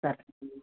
sir